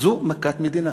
זו מכת מדינה.